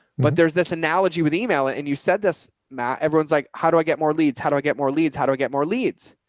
but there's this analogy with email and you said this ma everyone's like, how do i get more leads? how do i get more leads? how do i get more leads,